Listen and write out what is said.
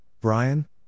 Brian